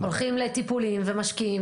הולכים לטיפולים ומשקיעים,